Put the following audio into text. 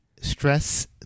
stress